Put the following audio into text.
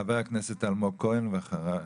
חבר הכנסת אלמוג כהן, אחריו